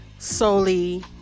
Solely